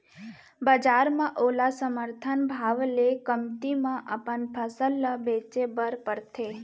बजार म ओला समरथन भाव ले कमती म अपन फसल ल बेचे बर परथे